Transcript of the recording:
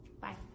bye